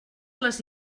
les